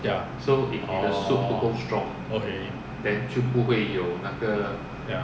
ya orh okay